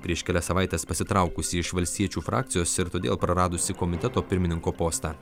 prieš kelias savaites pasitraukusį iš valstiečių frakcijos ir todėl praradusį komiteto pirmininko postą